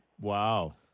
Wow